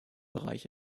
bereich